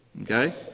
Okay